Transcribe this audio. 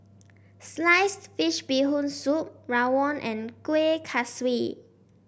Sliced Fish Bee Hoon Soup rawon and Kueh Kaswi